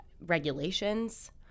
regulations